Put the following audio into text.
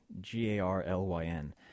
G-A-R-L-Y-N